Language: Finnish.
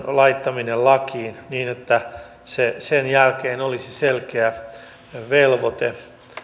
laittaminen lakiin niin että sen jälkeen olisi selkeä velvoite